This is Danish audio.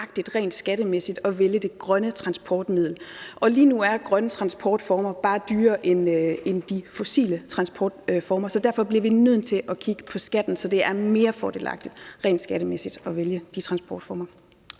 rent skattemæssigt at vælge det grønne transportmiddel, og lige nu er grønne transportformer bare dyrere end de fossile transportformer, så derfor bliver vi nødt til at kigge på skatten, så det er mere fordelagtigt rent skattemæssigt at vælge de transportformer.